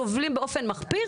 סובלים באופן מחפיר.